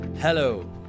Hello